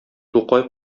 тукай